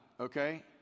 Okay